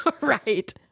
Right